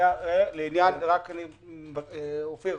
אופיר,